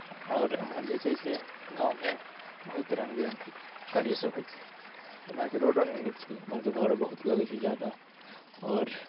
आओर एम्हर जे छै से गाममे बहुत रङ्ग बिरङ्गके कार्यसभ होइत छै एम्हरके रोडो नहि नीक छै एम्हरके भाड़ो बहुत लगैत छै ज्यादा आओर